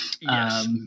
Yes